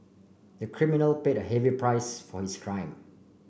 the criminal paid a heavy price for his crime